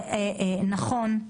נכון,